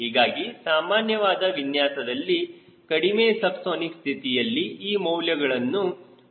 ಹೀಗಾಗಿ ಸಾಮಾನ್ಯವಾದ ವಿನ್ಯಾಸದಲ್ಲಿ ಕಡಿಮೆ ಸಬ್ಸಾನಿಕ್ ಸ್ಥಿತಿಯಲ್ಲಿ ಈ ಮೌಲ್ಯಗಳನ್ನು ಹೊಂದಿರುತ್ತವೆ